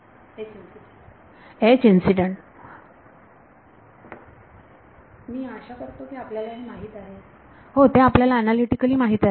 विद्यार्थी H incident H incident विद्यार्थी मी आशा करतो की आपल्याला हे माहित आहे ते आपल्याला अनालीटिकली माहित आहे